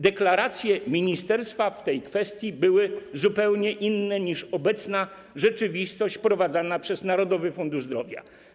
Deklaracje ministerstwa w tej kwestii były zupełnie inne niż obecna rzeczywistość wprowadzana przez Narodowy Fundusz Zdrowia.